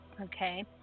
Okay